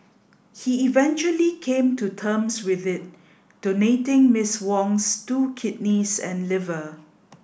he eventually came to terms with it donating Ms Wong's two kidneys and liver